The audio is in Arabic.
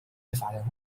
تفعله